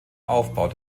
aufbau